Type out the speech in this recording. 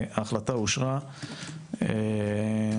הצבעה ההחלטה אושרה.